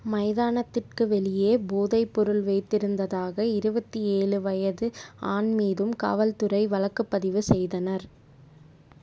மைதானத்துக்கு வெளியே போதைப்பொருள் வைத்திருந்ததாக இருபத்தி ஏழு வயது ஆண் மீதும் காவல்துறை வழக்குப்பதிவு செய்தனர்